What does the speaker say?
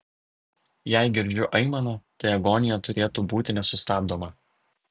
jei girdžiu aimaną tai agonija turėtų būti nesustabdoma